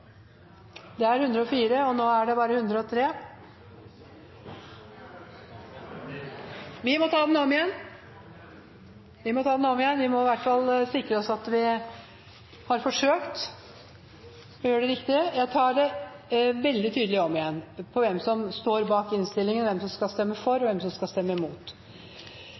er jo 104 representanter. Ja, det er 104, og det er bare 103 som har stemt. Vi tar voteringen en gang til. Vi må iallfall sikre oss at vi har forsøkt å gjøre det riktig. Presidenten tar det om igjen, altså hvem som står bak innstillingen, hvem som skal stemme for, og hvem som skal stemme